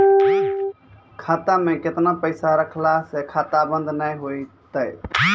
खाता मे केतना पैसा रखला से खाता बंद नैय होय तै?